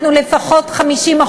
אנחנו לפחות 50%,